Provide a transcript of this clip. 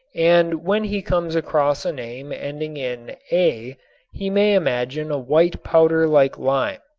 and when he comes across a name ending in a he may imagine a white powder like lime.